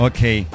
Okay